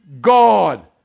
God